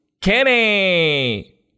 Kenny